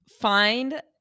find